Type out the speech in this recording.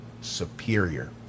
superior